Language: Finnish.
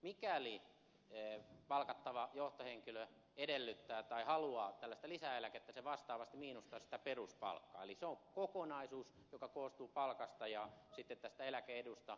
mikäli palkattava johtohenkilö edellyttää tai haluaa tällaista lisäeläkettä se vastaavasti miinustaa peruspalkkaa eli se on kokonaisuus joka koostuu palkasta ja tästä tulevasta eläke edusta